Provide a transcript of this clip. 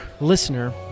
listener